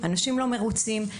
אנשים לא מרוצים,